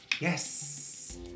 Yes